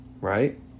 right